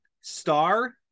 star